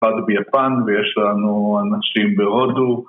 ‫אחד ביפן, ויש לנו אנשים בהודו.